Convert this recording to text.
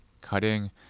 cutting